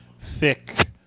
thick